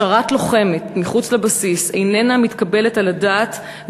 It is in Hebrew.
השארת לוחמת מחוץ לבסיס איננה מתקבלת על הדעת,